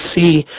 see